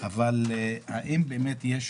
אבל האם באמת יש